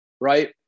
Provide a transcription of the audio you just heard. right